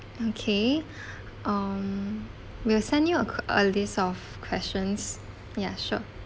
okay um we will send you uh a list of questions ya sure